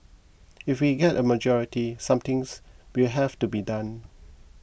if we get a majority somethings will have to be done